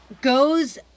goes